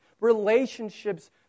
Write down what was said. Relationships